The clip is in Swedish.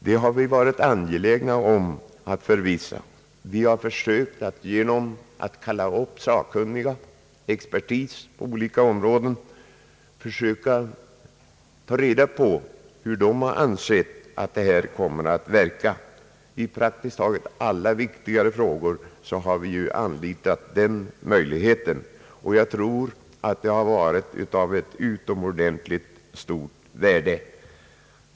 Vi har varit angelägna att förvissa oss om det, genom att kalla upp sakkunniga och expertis på olika områden och försöka att ta reda på hur de ansett att detta kommer att verka. I praktiskt taget alla viktigare frågor har vi anlitat den möjligheten, och jag tror det har varit av utomordentligt stort värde.